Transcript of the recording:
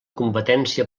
competència